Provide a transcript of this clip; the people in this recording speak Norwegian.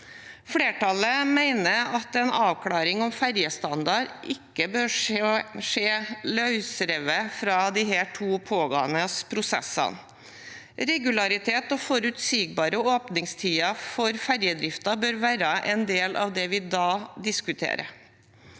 Flertallet mener at en avklaring om ferjestandard ikke bør skje løsrevet fra disse to pågående prosessene. Regularitet og forutsigbare åpningstider for ferjedriften bør være en del av det vi da diskuterer.